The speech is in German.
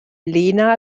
lena